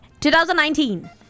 2019